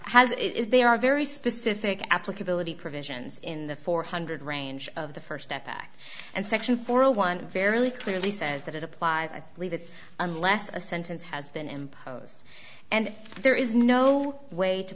has they are very specific applicability provisions in the four hundred range of the st step back and section four a one fairly clearly says that it applies i believe it's unless a sentence has been imposed and there is no way to